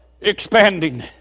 expanding